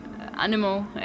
animal